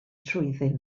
trwyddyn